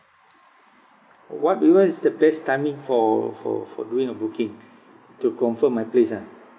what wi~ what is the best timing for for for doing a booking to confirm my place ah